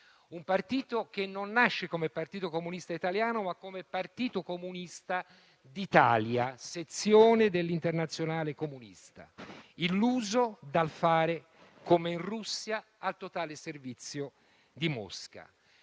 Un partito che non nasce come Partito Comunista Italiano, ma come Partito Comunista d'Italia, sezione dell'Internazionale comunista, illuso dal fare come in Russia, al totale servizio di Mosca.